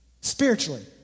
Spiritually